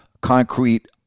concrete